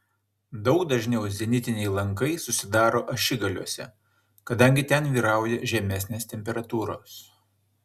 daug dažniau zenitiniai lankai susidaro ašigaliuose kadangi ten vyrauja žemesnės temperatūros